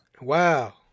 Wow